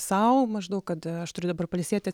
sau maždaug kad aš turiu dabar pailsėti